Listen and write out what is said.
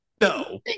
No